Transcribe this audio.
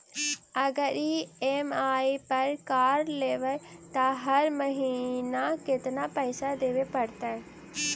अगर ई.एम.आई पर कार लेबै त हर महिना केतना पैसा देबे पड़तै?